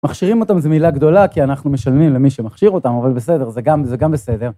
‫מכשירים אותם זה מילה גדולה ‫כי אנחנו משלמים למי שמכשיר אותם, ‫אבל בסדר, זה גם, זה גם בסדר.